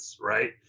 right